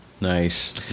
Nice